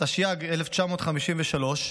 התשי"ג 1953,